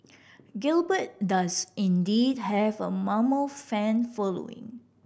gilbert does indeed have a mammoth fan following